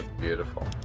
Beautiful